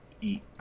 Eat